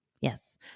Yes